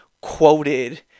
quoted